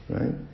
Right